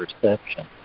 perception